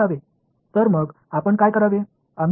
எனவே நாம் என்ன செய்ய வேண்டும்